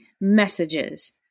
messages